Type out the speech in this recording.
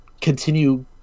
continue